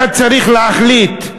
אתה צריך להחליט,